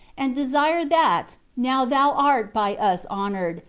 and desire that, now thou art by us honored,